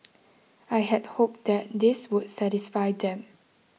I had hoped that this would satisfy them